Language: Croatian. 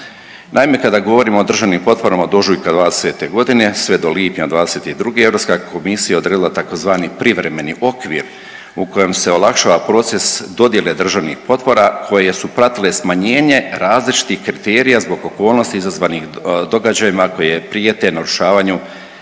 Naime, kada govorimo o državnim potporama od ožujka '20. g. sve do lipnja '22. EK odredila je tzv. Privremeni okvir u kojem se olakšava proces dodjele državnih potpora koje su pratile smanjenje različitih kriterija zbog okolnosti izazvanih događajima koje prijete narušavanju